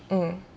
mm